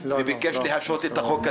וביקש להשהות את החוק הזה,